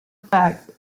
fact